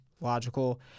logical